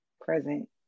present